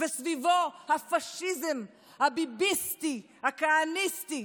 וסביבו הפשיזם הביביסטי, הכהניסטי.